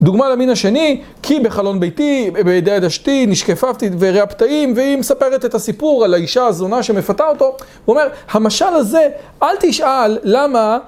דוגמה למין השני, כי בחלון ביתי, בידי יד אשתי, נשקפפתי דברי הפתעים והיא מספרת את הסיפור על האישה הזונה שמפתה אותו. הוא אומר, המשל הזה, אל תשאל למה...